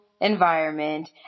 environment